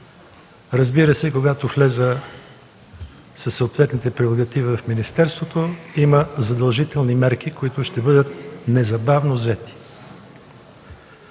Разбира се, когато вляза със съответните прерогативи в министерството, има задължителни мерки, които незабавно ще